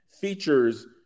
features